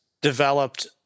developed